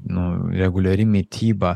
nu reguliari mityba